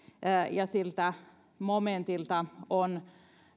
ja siltä momentilta on